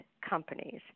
companies